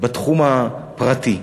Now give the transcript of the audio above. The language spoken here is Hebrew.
בתחום הפרטי,